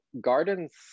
gardens